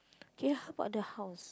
K how about the house